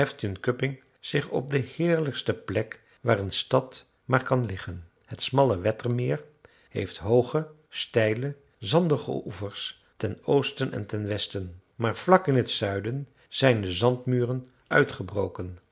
zich op de heerlijkste plek waar een stad maar kan liggen het smalle wettermeer heeft hooge steile zandige oevers ten oosten en ten westen maar vlak in t zuiden zijn de zandmuren uitgebroken